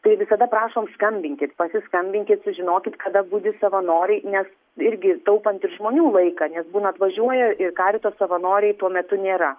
tai visada prašom skambinkit pasiskambinkit sužinokit kada budi savanoriai nes irgi taupant ir žmonių laiką nes būna atvažiuoja i karito savanoriai tuo metu nėra